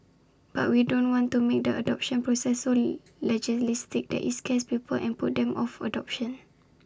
but we don't want to make the adoption process so legalistic that IT scares people and puts them off adoption